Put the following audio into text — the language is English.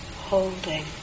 holding